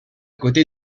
côté